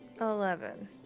Eleven